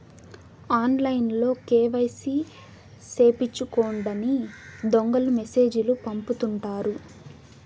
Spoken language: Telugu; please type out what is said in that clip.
ఆన్లైన్లో కేవైసీ సేపిచ్చుకోండని దొంగలు మెసేజ్ లు పంపుతుంటారు